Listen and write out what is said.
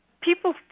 people